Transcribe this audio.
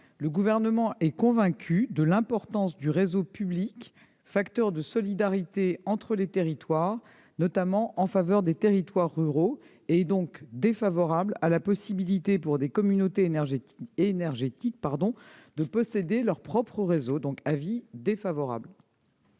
Le Gouvernement est convaincu de l'importance du réseau public, facteur de solidarité entre les territoires, notamment en faveur des territoires ruraux. Il est ainsi opposé à la possibilité pour des communautés énergétiques de posséder leur propre réseau. L'avis est donc défavorable